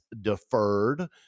deferred